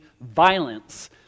violence